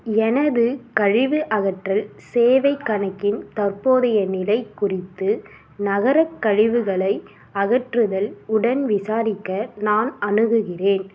எனது கழிவு அகற்றல் சேவைக் கணக்கின் தற்போதைய நிலை குறித்து நகரக் கழிவுகளை அகற்றுதல் உடன் விசாரிக்க நான் அணுகுகிறேன்